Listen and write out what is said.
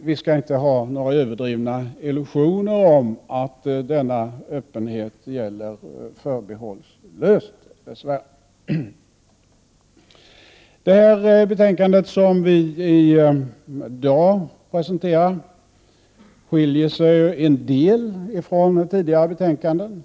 vi skall inte ha några överdrivna illusioner om att denna öppenhet gäller förbehållslöst. Det betänkande som konstitutionsutskottet i dag presenterar skiljer sig en del från tidigare betänkanden.